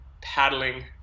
paddling